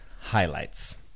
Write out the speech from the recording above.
highlights